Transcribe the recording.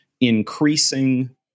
increasing